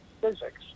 physics